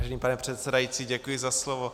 Vážený pane předsedající, děkuji za slovo.